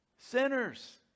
Sinners